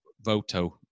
Voto